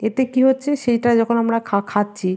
এতে কী হচ্ছে সেইটা যখন আমরা খা খাচ্ছি